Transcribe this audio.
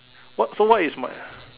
what so what is my